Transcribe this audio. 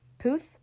Puth